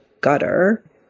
gutter